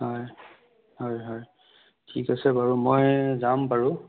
হয় হয় হয় ঠিক আছে বাৰু মই যাম বাৰু